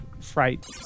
fright